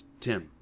Tim